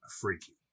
Freaky